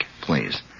please